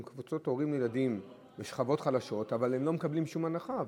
קבוצות של הורים לילדים בשכבות חלשות שלא מקבלים שום הנחה,